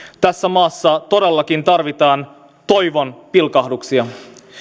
tässä maassa todellakin tarvitaan toivon pilkahduksia